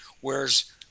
Whereas